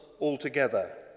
altogether